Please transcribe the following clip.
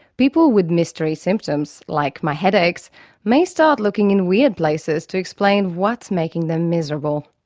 people with mystery symptoms like my headaches may start looking in weird places to explain what's making them miserable.